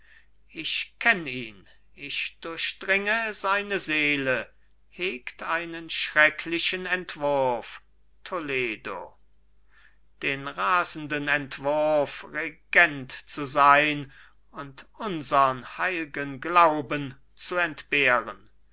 ich kenn ihn ich durchdringe seine seele hegt einen schrecklichen entwurf toledo den rasenden entwurf regent zu sein und unsern heilgen glauben zu entbehren